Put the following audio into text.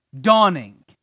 dawning